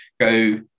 go